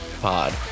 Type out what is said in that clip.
pod